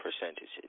percentages